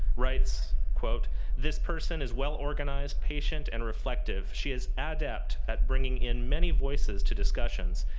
writes this person is well-organized, patient, and reflective she is adept at bringing in many voices to discussions,